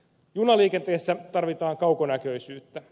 junaliikenteessä tarvitaan kaukonäköisyyttä